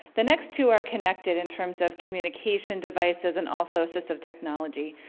the next two are connected in terms of communication devices and also assistive technology.